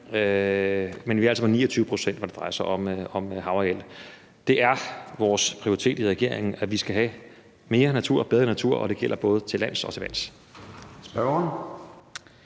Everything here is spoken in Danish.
Men vi er altså på 29 pct., når det drejer sig om havareal. Det er vores prioritet i regeringen, at vi skal have mere natur og bedre natur, og det gælder både til lands og til vands.